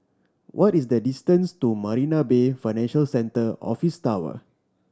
what is the distance to Marina Bay Financial Centre Office Tower